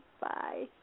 Bye